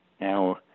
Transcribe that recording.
now